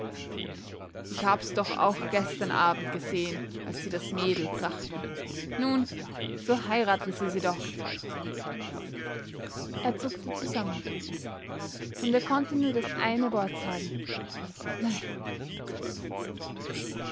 ich hab's doch auch gestern abend gesehen als sie das mädel brachten nun so heiraten sie sie doch er zuckte zusammen und er konnte nur das eine wort sagen nein